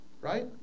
Right